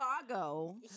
Chicago